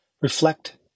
Reflect